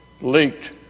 leaked